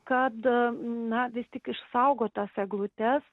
kad na vis tik išsaugot tas eglutes